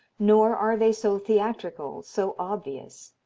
nor are they so theatrical, so obvious.